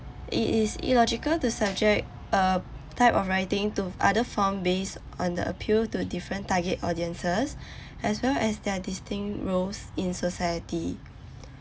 it is illogical to subject a type of writing to other form based on the appeal to different target audiences as well as their distinct roles in society